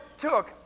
took